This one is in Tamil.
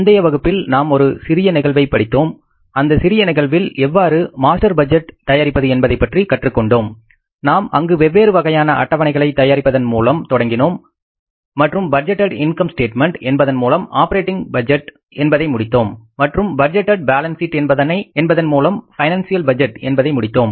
முந்தைய வகுப்பில் நாம் ஒரு சிறிய நிகழ்வை முடித்தோம் அந்த சிறிய நிகழ்வில் எவ்வாறு மாஸ்டர் பட்ஜெட் தயாரிப்பது என்பதைப்பற்றி கற்றுக்கொண்டோம் நாம் அங்கு வெவ்வேறு வகையான அட்டவணைகளை தயாரிப்பதன் மூலம் தொடங்கினோம் மற்றும் பட்ஜெட்டேட் இன்கம் ஸ்டேட்மென்ட் என்பதன் மூலம் ஆப்பரேட்டிங் பட்ஜெட் என்பதை முடித்தோம் மற்றும் பட்ஜெட்டேட் பாலன்ஸ் சீட் என்பதன் மூலம் பைனான்சியல் பட்ஜெட் என்பதை முடித்தோம்